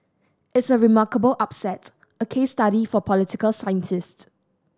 it's a remarkable upset a case study for political scientists